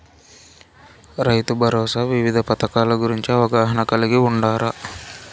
రైతుభరోసా వివిధ పథకాల గురించి అవగాహన కలిగి వుండారా?